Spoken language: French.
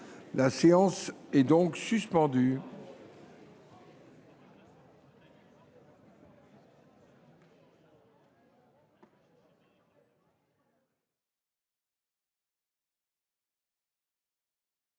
La séance est suspendue.